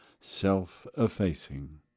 self-effacing